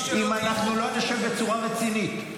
אם אנחנו לא נשב בצורה רצינית,